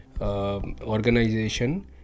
organization